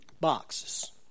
boxes